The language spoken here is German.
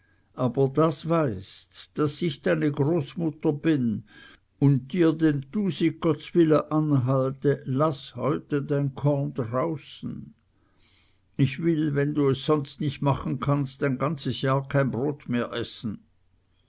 aber das weißt daß ich deine großmutter bin und dir den tusig gottswille anhalte laß heute dein korn draußen ich will wenn du es sonst nicht machen kannst ein ganzes jahr kein brot mehr essen